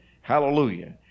Hallelujah